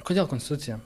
kodėl konstitucija